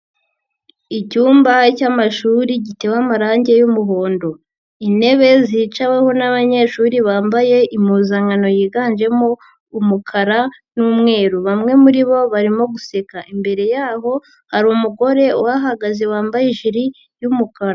Icyumba cy'amashuri gitewe amarangi y'umuhondo, intebe zicaweho n'abanyeshuri bambaye impuzankano yiganjemo umukara n'umweru, bamwe muri bo barimo guseka, imbere yaho hari umugore uhahagaze wambaye ijiri y'umukara.